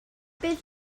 bydd